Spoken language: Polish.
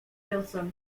wilson